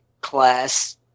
class